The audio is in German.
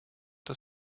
das